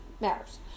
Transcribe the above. matters